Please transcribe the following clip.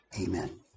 amen